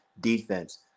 defense